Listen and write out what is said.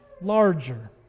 larger